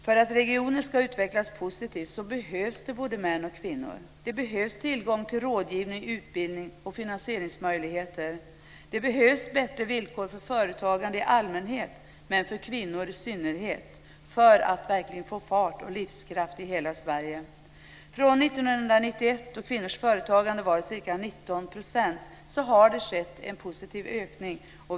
För att regioner ska utvecklas positivt behövs det både män och kvinnor. Det behövs tillgång till rådgivning, utbildning och finansieringsmöjligheter. Det behövs bättre villkor för företagande i allmänhet och för kvinnor i synnerhet för att verkligen få fart och livskraft i hela Sverige. Från 1991, då kvinnors företagande var ca 19 %, har det skett en positiv ökning.